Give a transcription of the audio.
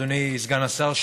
אדוני סגן השר,